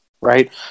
right